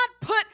put